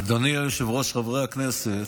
אדוני היושב-ראש, חברי הכנסת,